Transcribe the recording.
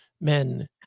men